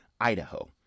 Idaho